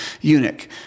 eunuch